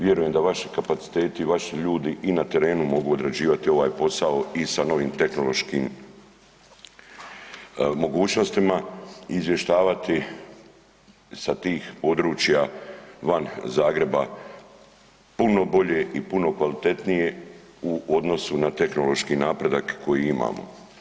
Vjerujem da vaši kapaciteti i vaši ljudi i na terenu mogu odrađivati ovaj posao i sa novim tehnološkim mogućnosti izvještavati sa tih područja van Zagreba puno bolje i puno kvalitetnije u odnosu na tehnološki napredak koji imamo.